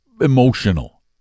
emotional